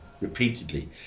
repeatedly